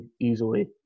easily